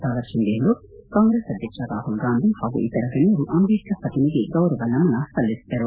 ತಾವರ್ ಚಂದ್ ಗೆಹ್ಲೋಟ್ ಕಾಂಗ್ರೆಸ್ ಅಧ್ಲಕ್ಷ ರಾಹುಲ್ ಗಾಂಧಿ ಹಾಗೂ ಇತರ ಗಣ್ಣರು ಅಂಬೇಡ್ತರ್ ಪ್ರತಿಮೆಗೆ ಗೌರವ ನಮನ ಸಲ್ಲಿಸಿದರು